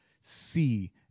see